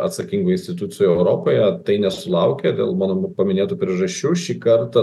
atsakingų institucijų europoje tai nesulaukė dėl mano paminėtų priežasčių šį kartą